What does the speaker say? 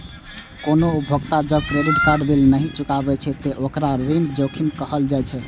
कोनो उपभोक्ता जब क्रेडिट कार्ड बिल नहि चुकाबै छै, ते ओकरा ऋण जोखिम कहल जाइ छै